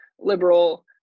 liberal